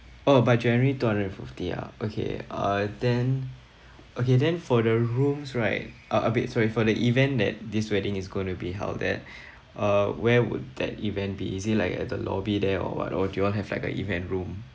oh by january two hundred and fifty ah okay uh then okay then for the rooms right are a bit sorry for the event that this wedding is gonna be held at uh where would that event be is it like at the lobby there or what or do you all have like an event room